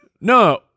No